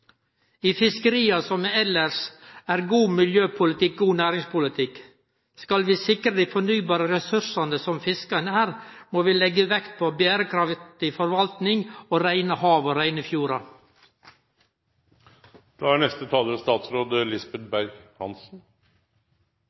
I fiskeria som elles er god miljøpolitikk også god næringspolitikk. Skal vi sikre den fornybare ressursen som fisken er, må vi legge vekt på ei berekraftig forvaltning og reine hav og reine fjordar.